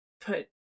put